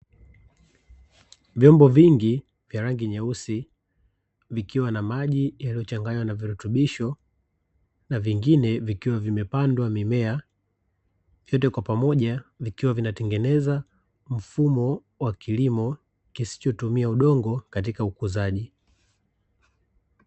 Vyombo vingi vya rangi nyeusi vikiwa na maji yaliyochanganywa na virutubisho, na vingine vikiwa vimepandwa mimea, vyote kwa pamoja vikiwa vinatengeneza mfumo wa kilimo kisichotumia udongo katika ukuzaji.